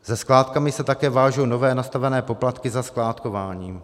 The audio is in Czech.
Se skládkami se také vážou nově nastavené poplatky za skládkování.